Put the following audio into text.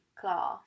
class